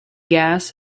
gas